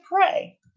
pray